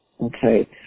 okay